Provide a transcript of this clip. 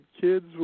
kids